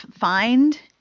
find